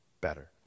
better